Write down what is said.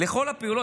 לכל הפעולות,